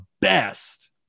best